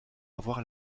avoir